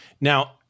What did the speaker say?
now